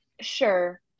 sure